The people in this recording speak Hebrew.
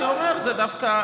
זה דווקא,